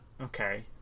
Okay